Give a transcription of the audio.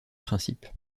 principe